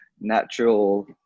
natural